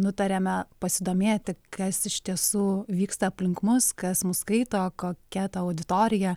nutarėme pasidomėti kas iš tiesų vyksta aplink mus kas mus skaito kokia ta auditorija